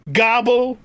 gobble